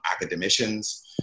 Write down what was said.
academicians